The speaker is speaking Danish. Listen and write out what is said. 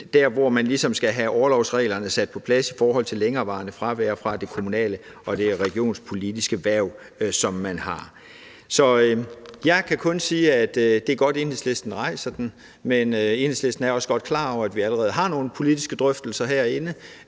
om, at man ligesom skal have orlovreglerne sat på plads i forhold til længerevarende fravær fra det kommunale og regionspolitiske hverv, som man har. Så jeg kan kun sige, at det er godt, at Enhedslisten rejser debatten, men Enhedslisten er også godt klar over, at vi allerede har nogle politiske drøftelser herinde.